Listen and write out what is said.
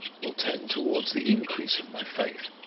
will tend towards the increase of my faith.